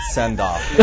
send-off